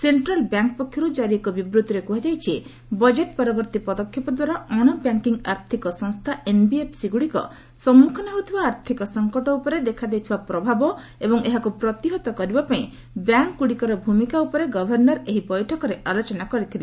central bank ପକ୍ଷରୁ ଜାରୀ ଏକ ବିବୃତ୍ତିରେ କୁହାଯାଇଛି ବଜେଟ ପରବର୍ତ୍ତୀ ପଦକ୍ଷେପ ଦ୍ୱାରା ଅଶବ୍ୟାଙ୍କିଙ୍ଗ୍ ଆର୍ଥକ ସଂସ୍ଥା ଏନ୍ବିଏଫ୍ସିଗୁଡ଼ିକ ସମ୍ମୁଖୀନ ହେଉଥିବା ଆର୍ଥିକ ସଂକଟ ଉପରେ ଦେଖାଦେଇଥିବା ପ୍ରଭାବ ଏବଂ ଏହାକୁ ପ୍ରତିହତ କରିବା ପାଇଁ ବ୍ୟାଙ୍କଗୁଡ଼ିକର ଭୂମିକା ଉପରେ ଗଭର୍ଷର ଏହି ବୈଠକରେ ଆଲୋଚନା କରିଥିଲେ